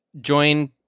join